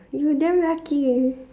you damn lucky